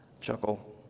chuckle